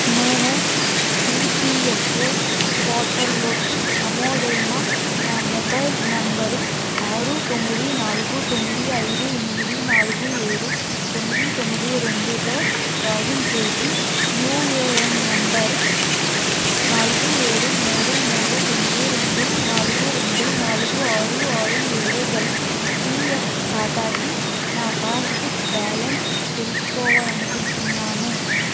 నేను ఈపిఎఫ్ఓ పోర్టల్లో నమోదైన నా మొబైల్ నంబరు ఆరు తొమ్మిది నాలుగు తొమ్మిది ఐదు ఎనిమిది నాలుగు ఏడు తొమ్మిది తొమ్మిది రెండుతో లాగిన్ చేసి యుఏఎన్ నంబరు నాలుగు ఏడు మూడు మూడు తొమ్మిది రెండు నాలుగు రెండు నాలుగు ఆరు ఆరు ఏడుగల పిఎఫ్ ఖాతాకి నా పాస్బుక్ బ్యాలన్స్ తెలుసుకోవాలని అనుకుంటున్నాను